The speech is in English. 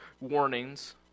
warnings